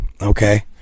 okay